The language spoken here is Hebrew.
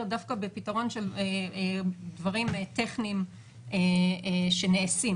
דווקא בפתרון של דברים טכניים שנעשים.